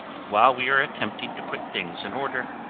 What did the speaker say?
while we are attempting to put things in order,